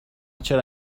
چرا